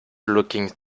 looking